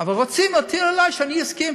אבל רוצים שאני אסכים,